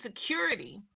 security